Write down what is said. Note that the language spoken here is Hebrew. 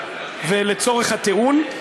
ולצורך הטיעון,